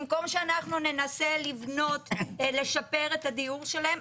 במקום שאנחנו ננסה לבנות, לשפר את הדיור שלהם,